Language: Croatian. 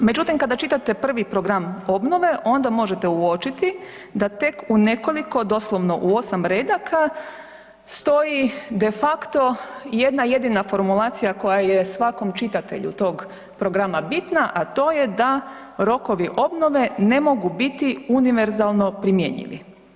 Međutim, kada čitate prvi program obnove onda možete uočiti da tek u nekoliko doslovno u 8 redaka stoji de facto jedna jedina formulacija koja je svakom čitatelju tog programa bitna, a to je da rokovi obnove ne mogu biti univerzalno primjenjivi.